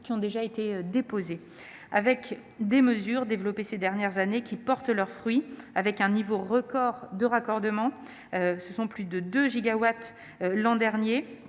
ont déjà été déposés. Les mesures adoptées ces dernières années portent leurs fruits, avec un niveau record de raccordement de plus de 2 gigawatts l'an dernier,